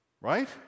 Right